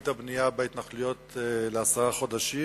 את הבנייה בהתנחלויות לעשרה חודשים,